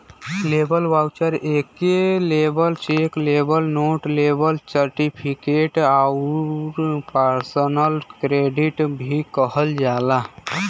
labour voucher एके labour cheque, labour note, labour certificate आउर personal credit भी कहल जाला